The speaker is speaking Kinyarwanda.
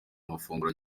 amafunguro